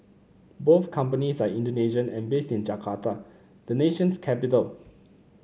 both companies are Indonesian and based in Jakarta the nation's capital